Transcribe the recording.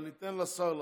אבל ניתן לשר לענות.